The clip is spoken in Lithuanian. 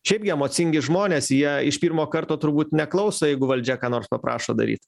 šiaipgi emocingi žmonės jie iš pirmo karto turbūt neklauso jeigu valdžia ką nors paprašo daryt